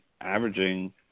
averaging